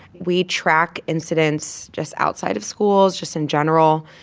we track incidents just outside of schools, just in general.